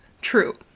true